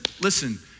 listen